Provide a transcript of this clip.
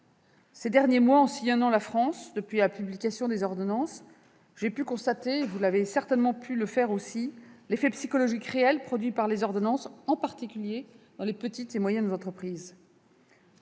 D'ailleurs, en sillonnant la France depuis la publication des ordonnances, j'ai pu constater- comme vous, je le pense -l'effet psychologique réel produit par les ordonnances, en particulier dans les petites et moyennes entreprises.